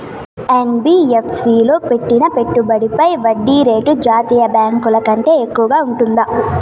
NBFC లో పెట్టిన పెట్టుబడి పై వడ్డీ రేటు జాతీయ బ్యాంకు ల కంటే ఎక్కువగా ఉంటుందా?